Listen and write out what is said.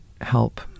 Help